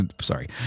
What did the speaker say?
sorry